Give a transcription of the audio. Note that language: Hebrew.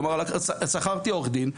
כלומר שכרתי עורך דין,